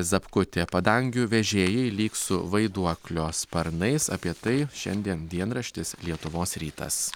zapkutė padangių vežėjai lyg su vaiduoklio sparnais apie tai šiandien dienraštis lietuvos rytas